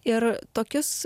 ir tokius